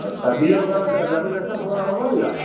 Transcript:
अच्छा D L वग़ैरह driving licence वग़ैरह बनवा लिया